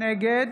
נגד